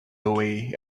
away